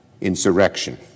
insurrection